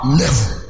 level